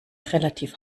relativ